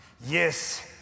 Yes